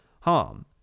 harm